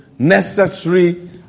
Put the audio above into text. necessary